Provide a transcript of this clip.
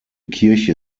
kirche